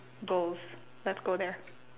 goals let's go there